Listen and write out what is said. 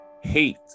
Hate